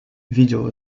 видел